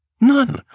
none